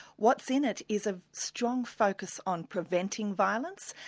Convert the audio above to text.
what's in it is a strong focus on preventing violence,